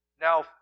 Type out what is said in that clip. now